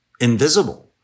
invisible